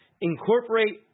incorporate